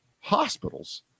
hospitals